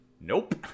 Nope